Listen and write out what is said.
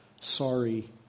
sorry